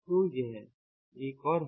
तो यह एक और है